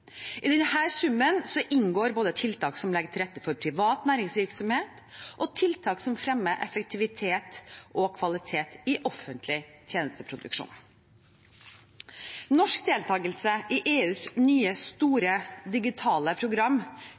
summen inngår både tiltak som legger til rette for privat næringsvirksomhet, og tiltak som fremmer effektivitet og kvalitet i offentlig tjenesteproduksjon. Norsk deltakelse i EUs nye, store digitale program,